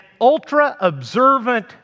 ultra-observant